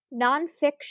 nonfiction